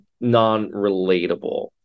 non-relatable